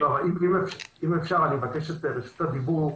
אם אפשר אני מבקש את רשות הדיבור.